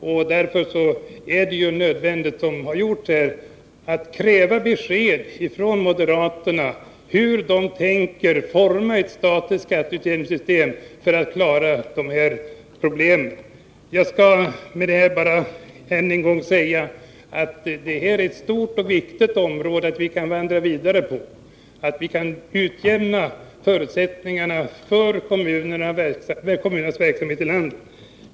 Och därför är det nödvändigt att kräva besked från moderaterna om hur de tänker forma ett statligt skatteutjämningssystem för att lösa dessa problem. Jag vill än en gång säga att det här är ett stort och viktigt område att vandra vidare på, och det gäller att utjämna förutsättningarna för kommunernas verksamhet i landet.